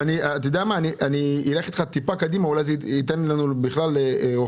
אני אלך אתך קצת קדימה ואולי זה ייתן לנו מבט רוחבי.